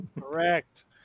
Correct